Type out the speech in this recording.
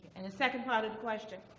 and the second part of the question?